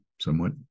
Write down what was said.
somewhat